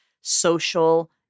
social